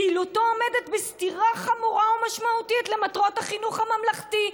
פעילותו עומדת בסתירה חמורה ומשמעותית למטרות החינוך הממלכתי.